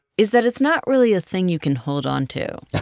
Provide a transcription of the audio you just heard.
is that it's not really a thing you can hold on to